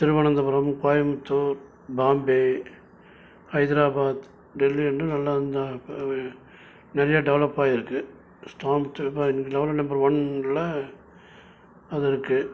திருவனந்தபுரம் கோயம்புத்தூர் பாம்பே ஹைதராபாத் டெல்லிலருந்து நல்லா வந்தால் நிறைய டெவெலப் ஆகி இருக்கு ஸ்டாம்ப் இன்னைக்கு டெவெலப் நம்பர் ஒன்னில் அது இருக்கு